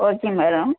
okay madam